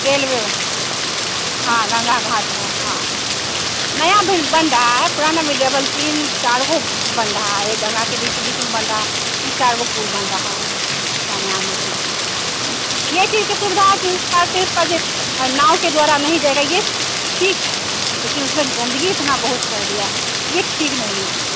railway में हाँ गंगा घाट है हाँ नया ब्रिज बन रहा है पुराना ब्रिज अभी तीन चार वो बन रहा है गंगा के बीच बीच में बन रहा तीन चार वो पुल बन रहा है जाने आने के लिए ये चीज की सुविधा है की उस पार से इस वजह नाव के द्वारा नहीं जाएगा ये ठीक है लेकिन उसमें गंदगी इतना बहुत कर दिया है ये ठीक नहीं है